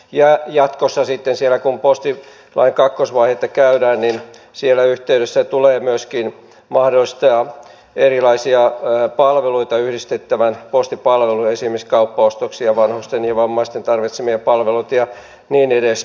ja jatkossa sitten kun postilain kakkosvaihetta käydään tulee myöskin mahdollistaa erilaisia palveluita yhdistettävän postipalveluihin esimerkiksi kauppaostoksia vanhusten ja vammaisten tarvitsemia palveluita ja niin edespäin